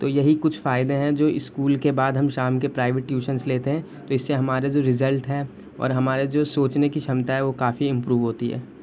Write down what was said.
تو یہی کچھ فائدے ہیں جو اسکول کے بعد ہم شام کے پرائیویٹ ٹیوشنس لیتے ہیں تو اس سے ہمارے جو رزلٹ ہیں اور ہمارے جو سوچنے کی چھمتا وہ کافی امپروو ہوتی ہے